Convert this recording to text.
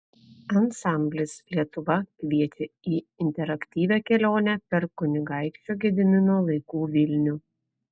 ansamblis lietuva kviečia į interaktyvią kelionę per kunigaikščio gedimino laikų vilnių